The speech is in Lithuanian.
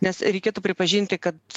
nes reikėtų pripažinti kad